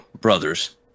brothers